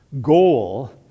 goal